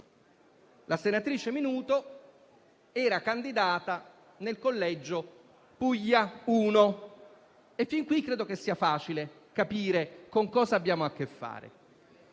La senatrice Minuto era candidata nel collegio Puglia 01 e fin qui credo che sia facile capire con cosa abbiamo a che fare.